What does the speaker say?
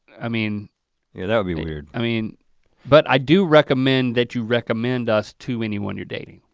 i mean yeah that would be weird. i mean but i do recommend that you recommend us to anyone you're dating.